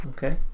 Okay